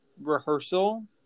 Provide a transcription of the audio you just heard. rehearsal